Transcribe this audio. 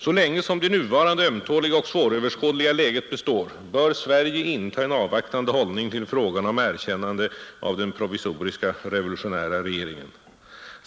Så länge som det nuvarande ömtåliga och svåröverskådliga läget består bör Sverige inta en avvaktande hållning till frågan om erkännande av den provisoriska revolutionära regeringen.